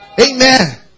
Amen